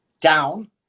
down